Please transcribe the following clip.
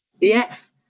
Yes